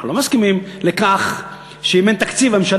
אנחנו לא מסכימים לכך שאם אין תקציב הממשלה